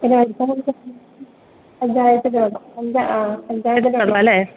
പഞ്ചായത്തിൻ്റെ വെള്ളം ആ പഞ്ചായത്തിൻ്റെ വെള്ളം ആണല്ലെ